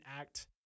act